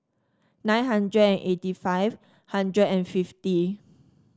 nine hundred and eighty five hundred and fifty